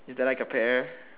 is there like a pear